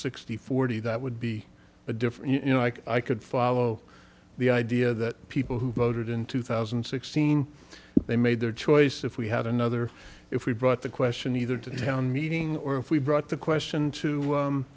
sixty forty that would be a different you know i could follow the idea that people who voted in two thousand and sixteen they made their choice if we had another if we brought the question either to the town meeting or if we brought the question to